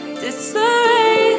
disarray